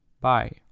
Bye